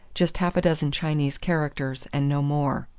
just half a dozen chinese characters and no more.